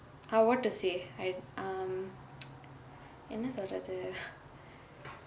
what to say I um என்ன சொல்றது:enna soldrathu